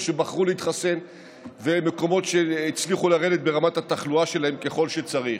שבחרו להתחסן ומקומות שהצליחו לרדת ברמת התחלואה שלהם ככל שצריך.